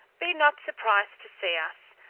be not surprised to see us,